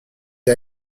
est